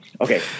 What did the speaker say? Okay